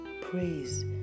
Praise